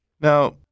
Now